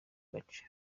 gace